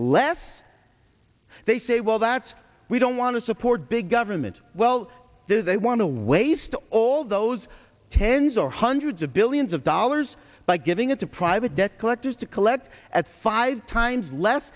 less they say well that's we don't want to support big government well they want to waste all those tens or hundreds of billions of dollars by giving into private debt collectors to collect at five times less